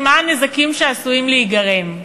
מה הנזקים שעשויים להיגרם?